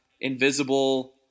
invisible